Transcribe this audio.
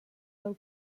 del